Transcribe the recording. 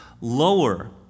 lower